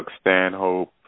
Stanhope